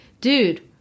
dude